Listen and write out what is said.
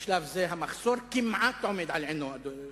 בשלב זה המחסור כמעט עומד בעינו.